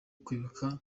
kwibuka